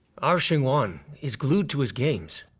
our xinguang is glued to his games.